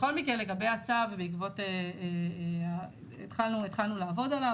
בכל מקרה לגבי הצו התחלנו לעבוד עליו,